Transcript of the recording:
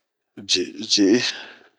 Ji'ih.